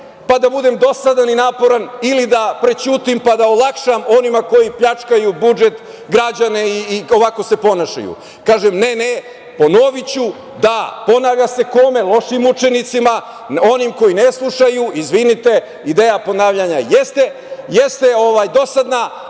pa da budem dosadan i naporan ili da prećutim pa da olakšam onima koji pljačkaju budžet, građane i ovako se ponašanju? Kažem - ne, ne, ponoviću. Da, ponavlja se, kome? Lošim učenicima, onima koji ne slušaju. Izvinite, ideja ponavljanja jeste dosadna,